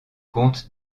compte